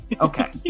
Okay